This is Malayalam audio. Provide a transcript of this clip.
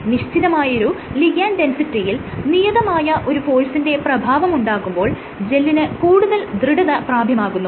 നിശ്ചിതമായൊരു ലിഗാൻഡ് ഡെൻസിറ്റിയിൽ നിയതമായ ഒരു ഫോഴ്സിന്റെ പ്രഭാവമുണ്ടാകുമ്പോൾ ജെല്ലിന് കൂടുതൽ ദൃഢത പ്രാപ്യമാകുന്നു